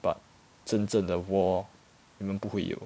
but 真正的 war 你们不会有